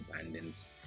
abundance